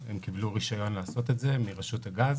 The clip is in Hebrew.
הן קיבלו רישיון לעשות את זה מרשות הגז.